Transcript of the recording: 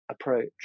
approach